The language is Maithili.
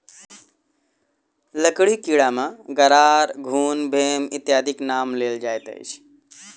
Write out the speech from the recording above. लकड़ीक कीड़ा मे गरार, घुन, भेम इत्यादिक नाम लेल जाइत अछि